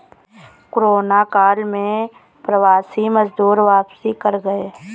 corona काल में प्रवासी मजदूर वापसी कर गए